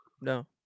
No